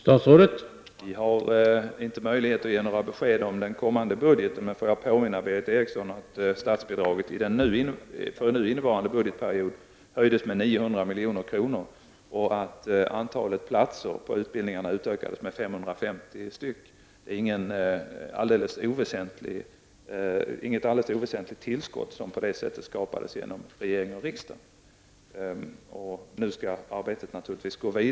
Herr talman! Jag har inte möjlighet att ge några besked om den kommande budgeten, men jag vill påminna Berith Eriksson om att statsbidraget för nu innevarande budgetperiod höjdes med 900 milj.kr. och att antalet platser på utbildningarna utökades med 550 stycken. Det är ett inte alldeles oväsentligt tillskott som på det sättet skapades av regering och riksdag. Nu skall arbetet naturligtvis gå vidare.